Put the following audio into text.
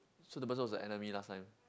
so the person was the enemy last time